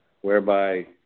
whereby